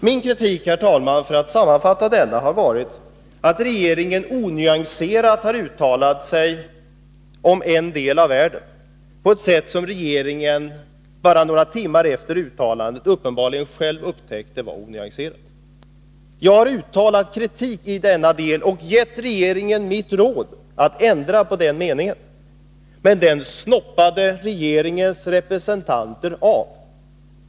Min kritik, herr talman, går sammanfattningsvis ut på att regeringen så onyanserat har uttalat sig om en del av världen att detta bara några timmar efter uttalandet uppenbarligen blev uppenbart också för regeringen själv. Jag har uttalat kritik i denna del och gett regeringen mitt råd att ändra beskrivningen i fråga. Men här snoppade regeringens representanter av.